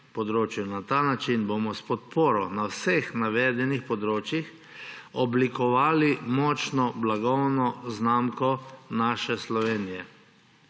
na ta način bomo s podporo na vseh navedenih področjih oblikovali močno blagovno znamko naše Slovenije.